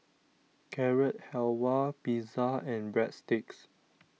Carrot Halwa Pizza and Breadsticks